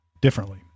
differently